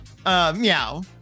Meow